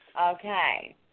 Okay